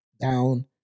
down